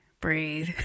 breathe